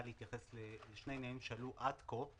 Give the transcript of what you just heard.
אני רוצה להתייחס לשני עניינים שעלו עד כה.